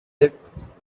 its